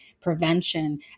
prevention